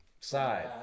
side